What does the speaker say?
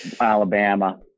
Alabama